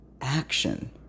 action